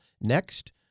Next